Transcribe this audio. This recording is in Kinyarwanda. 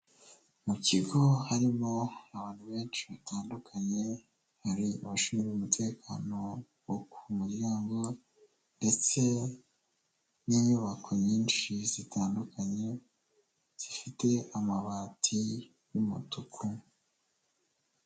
Mu kigo harimo abantu benshi batandukanye, hari abashinzwe umutekano wo ku muryango ndetse n'inyubako nyinshi zitandukanye, zifite amabati y'umutuku.